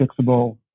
fixable